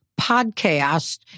podcast